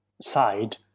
side